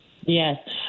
Yes